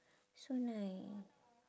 so nice